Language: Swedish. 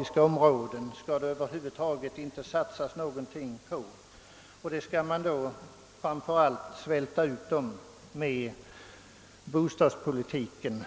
i stora områden över huvud taget inte skall satsas någonting och att dessa områden skall svältas ut, framför allt med hjälp av bostadspolitiken.